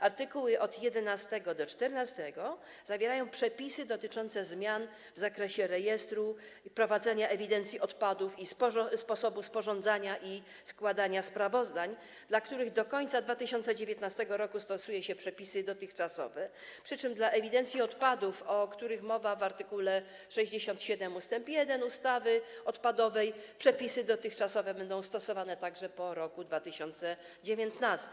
Art. 11–14 zawierają przepisy dotyczące zmian w zakresie rejestru, prowadzenia ewidencji odpadów i sposobu sporządzania i składania sprawozdań, dla których do końca 2019 r. stosuje się przepisy dotychczasowe, przy czym dla ewidencji odpadów, o których mowa w art. 67 ust. 1 ustawy odpadowej, przepisy dotychczasowe będą stosowane także po roku 2019.